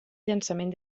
llançament